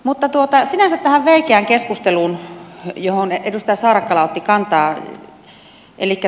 mutta sinänsä tähän veikeään keskusteluun johon edustaja saarakkala otti kantaa